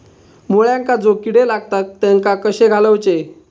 मुळ्यांका जो किडे लागतात तेनका कशे घालवचे?